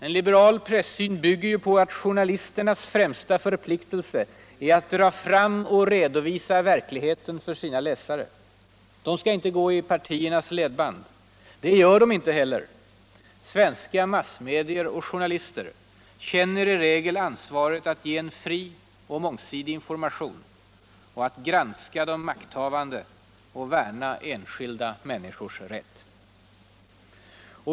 En liberal pressyn bygger på att journalisternas främsta förpliktelse är att dra fram och redovisa verkligheten för sina läsare. De skall inte gå I partiernas ledband. Det gör de inte heller. Svenska massmedier och journalister känner I regel ansvaret att ge en fri och mångsidig information, att granska de makthavande och värna enskilda människors rätt.